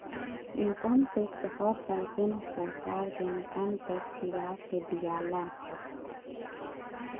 income tax हर साल केंद्र सरकार के इनकम टैक्स विभाग के दियाला